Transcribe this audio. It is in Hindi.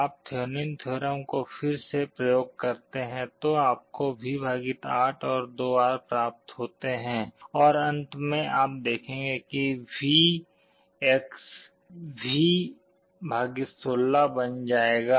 आप थेवेनिन थ्योरम को फिर से प्रयोग करते हैं तो हमको V 8 और 2R प्राप्त होते हैं और अंत में आप देखेंगे कि V X V 16 बन जाता है